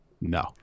No